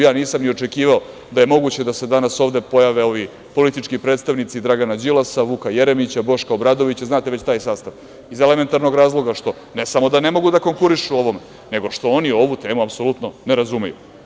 Ja nisam ni očekivao da je moguće da se danas ovde pojave ovi politički predstavnici Dragana Đilasa, Vuka Jeremića, Boška Obradovića, znate već taj sastav, iz elementarnog razloga što ne samo da ne mogu da konkurišu ovome, nego što oni ovu temu apsolutno ne razumeju.